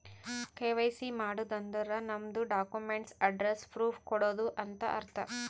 KYC ಮಾಡದ್ ಅಂದುರ್ ನಮ್ದು ಡಾಕ್ಯುಮೆಂಟ್ಸ್ ಅಡ್ರೆಸ್ಸ್ ಪ್ರೂಫ್ ಕೊಡದು ಅಂತ್ ಅರ್ಥ